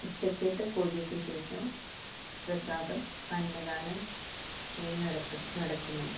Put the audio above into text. ഉച്ചയ്ക്കത്തെ പൂജയ്ക്ക് ശേഷം പ്രസാദം അന്നദാനം ഇവ നടത്തും നടക്കുന്നുണ്ട്